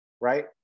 right